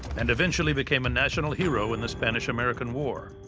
and eventually became a national hero in the spanish-american war.